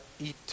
eat